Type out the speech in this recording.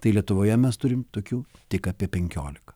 tai lietuvoje mes turim tokių tik apie penkiolika